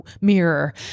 mirror